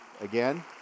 again